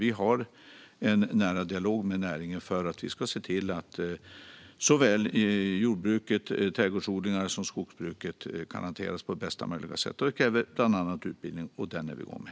Vi har en nära dialog med näringen för att se till att såväl jordbruket och trädgårdsodlingarna som skogsbruket kan hanteras på bästa möjliga sätt. Det kräver bland annat utbildning, och den är vi igång med.